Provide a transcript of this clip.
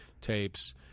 tapes